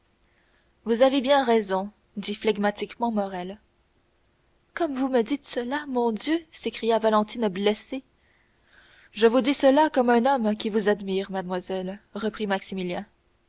vous avez bien raison dit flegmatiquement morrel comme vous me dites cela mon dieu s'écria valentine blessée je vous dis cela comme un homme qui vous admire mademoiselle reprit